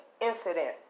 incident